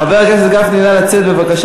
חברת הכנסת אורית סטרוק.